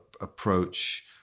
approach